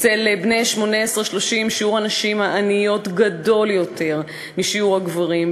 אצל בני 18 30 שיעור הנשים העניות גדול משיעור הגברים,